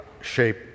shape